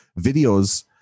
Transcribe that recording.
videos